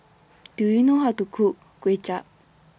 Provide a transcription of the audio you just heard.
Do YOU know How to Cook Kway Chap